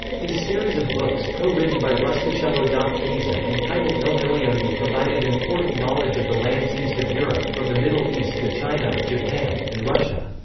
his series of books, co-written by rustichello da pisa and titled il milione provided important knowledge of the lands east of europe, from the middle east to china, japan, and russia.